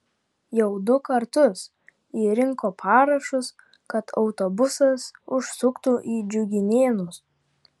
jau du kartus ji rinko parašus kad autobusas užsuktų į džiuginėnus